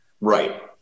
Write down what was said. Right